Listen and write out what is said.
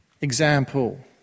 example